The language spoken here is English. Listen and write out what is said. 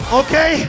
okay